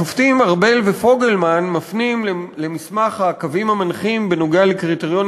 השופטים ארבל ופוגלמן מפנים למסמך הקווים המנחים בעניין קריטריונים